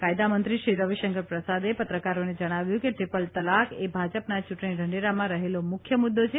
કાયદામંત્રીશ્રી રવિશંકર પ્રસાદે પત્રકારોને જણાવ્યું કે ટ્રીપલ તલાક એ ભાજપના ચૂંટણી ઢંઢેરામાં રહેલો મુખ્ય મુદ્દો છે